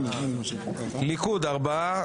ליכוד ארבעה,